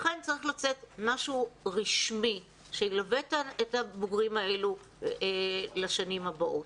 צריך לצאת מסמך רשמי שילווה את הבוגרים האלו בשנים הבאות.